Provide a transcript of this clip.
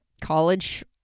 college